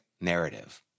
narrative